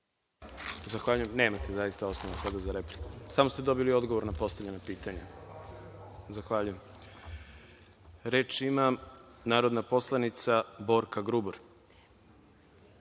replika?)Nemate zaista osnova sada za repliku. Samo ste dobili odgovor na postavljeno pitanje. Zahvaljujem. Reč ima narodna poslanica Borka Grubor.